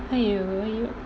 !aiyo! !aiyo!